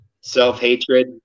self-hatred